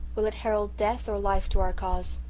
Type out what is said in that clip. will it herald death or life to our cause?